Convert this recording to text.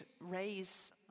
raise